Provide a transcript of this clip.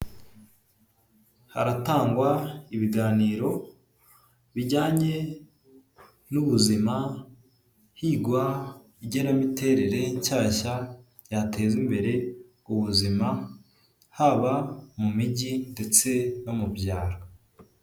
Haratangwa ibiganiro, bijyanye n'ubuzima, higwa igenamiterere nshyashya, yateza imbere ubuzima, haba mu mijyi ndetse no mu byaro.